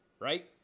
right